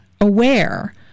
aware